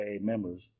members